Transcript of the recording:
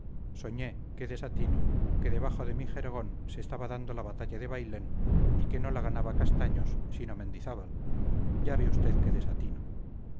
soñé qué desatino que debajo de mi jergón se estaba dando la batalla de bailén y que no la ganaba castaños sino mendizábal ya ve usted qué desatino